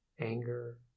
anger